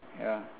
ya